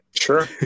Sure